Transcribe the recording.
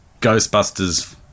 Ghostbusters